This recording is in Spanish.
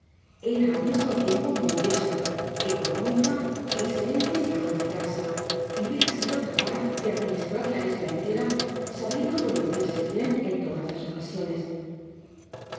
era al mismo tiempo muy diestra económica y escelente ama de casa y hubiera sido capaz do administrar la isla entera sabiendo conducirse bien en todas ocasiones